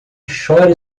chore